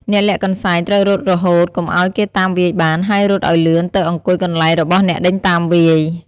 អ្នកលាក់កន្សែង ត្រូវរត់រហូតកុំឲ្យគេតាមវាយបាន ហើយរត់ឲ្យលឿនទៅអង្គុយកន្លែងរបស់អ្នកដេញតាមវាយ។